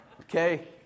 Okay